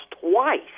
twice